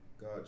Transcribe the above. god